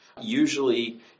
Usually